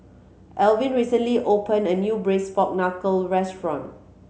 Alvin recently opened a new Braised Pork Knuckle restaurant